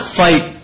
fight